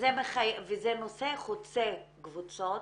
וזה נושא חוצה קבוצות